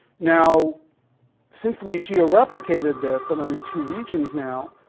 now since we geo-replicated this and i'm in two regions now,